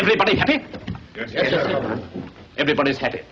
everybody everybody's happy